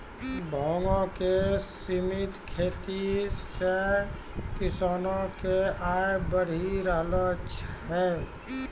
भांगो के सिमित खेती से किसानो के आय बढ़ी रहलो छै